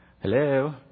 Hello